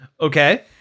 Okay